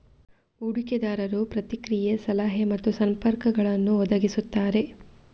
ಹೂಡಿಕೆದಾರರು ಪ್ರತಿಕ್ರಿಯೆ, ಸಲಹೆ ಮತ್ತು ಸಂಪರ್ಕಗಳನ್ನು ಒದಗಿಸುತ್ತಾರೆ